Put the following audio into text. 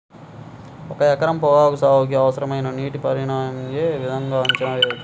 ఒక ఎకరం పొగాకు సాగుకి అవసరమైన నీటి పరిమాణం యే విధంగా అంచనా వేయవచ్చు?